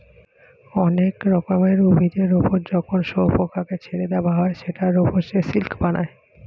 অনেক রকমের উভিদের ওপর যখন শুয়োপোকাকে ছেড়ে দেওয়া হয় সেটার ওপর সে সিল্ক বানায়